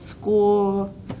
school